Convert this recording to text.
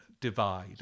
divide